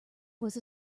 was